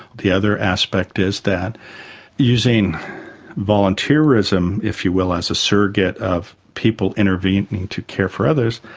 the other aspect is that using volunteerism if you will as surrogate of people intervening to care for others,